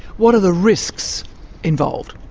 what are the risks involved?